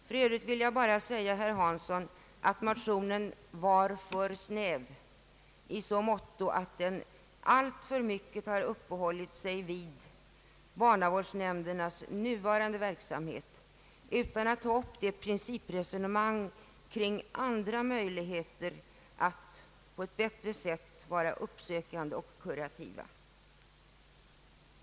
För övrigt är reservationen för snäv, herr Hansson, på det viset att den alltför mycket har uppehållit sig vid barnavårdsnämndernas nuvarande verksamhet utan att ta upp principresonemanget kring andra möjligheter att på ett bättre sätt föra en uppsökande och kurativ verksamhet.